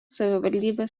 savivaldybės